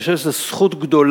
אני חושב שזאת זכות גדולה